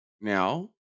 Now